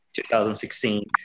2016